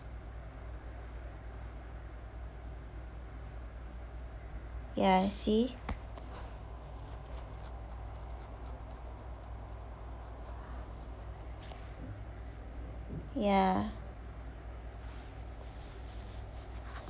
ya see ya